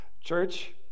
church